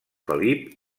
felip